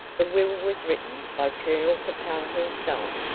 the will was written by colonel capel himself,